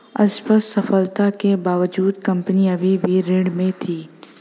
स्पष्ट सफलता के बावजूद कंपनी अभी भी ऋण में थी